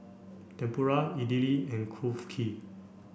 Tempura Idili and Kulfi